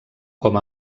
com